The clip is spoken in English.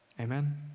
Amen